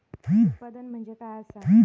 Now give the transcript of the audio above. उत्पादन म्हणजे काय असा?